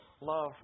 love